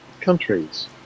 countries